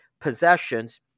possessions